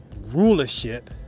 rulership